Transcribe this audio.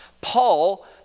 Paul